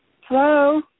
Hello